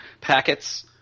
packets